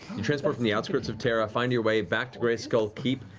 you transport from the outskirts of terra, find your way back to greyskull keep,